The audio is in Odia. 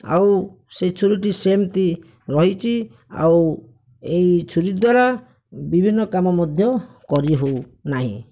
ଆଉ ସେ ଛୁରୀଟି ସେମିତି ରହିଛି ଆଉ ଏହି ଛୁରୀ ଦ୍ୱାରା ବିଭିନ୍ନ କାମ ମଧ୍ୟ କରିହେଉ ନାହିଁ